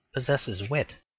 possesses wit.